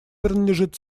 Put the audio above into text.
принадлежит